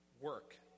work